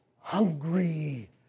Hungry